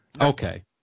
Okay